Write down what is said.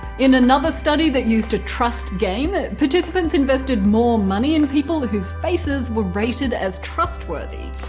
in another study that used a trust game, participants invested more money in people whose faces were rated as trustworthy.